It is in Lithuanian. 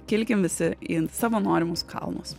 kilkim visi į savo norimus kalnus